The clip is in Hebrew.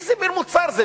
איזה מין מוצר זה,